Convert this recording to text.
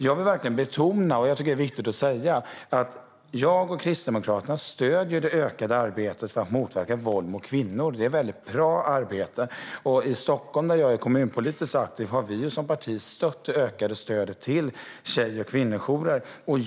Jag vill verkligen betona - detta tycker jag är viktigt att säga - att jag och Kristdemokraterna stöder det ökade arbetet för att motverka våld mot kvinnor. Det är ett mycket bra arbete. I Stockholm, där jag är kommunpolitiskt aktiv, har vi som parti stött det ökade stödet till tjej och kvinnojourer.